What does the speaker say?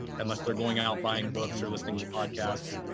unless they're going out buying books or listening to podcasts.